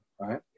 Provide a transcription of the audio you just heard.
right